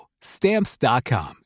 Stamps.com